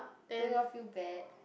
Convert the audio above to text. don't you all feel bad